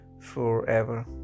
forever